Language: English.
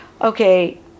okay